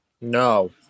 No